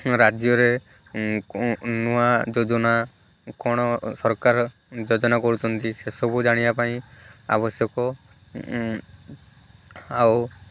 ରାଜ୍ୟରେ ନୂଆ ଯୋଜନା କ'ଣ ସରକାର ଯୋଜନା କରୁଛନ୍ତି ସେ ସବୁ ଜାଣିବା ପାଇଁ ଆବଶ୍ୟକ ଆଉ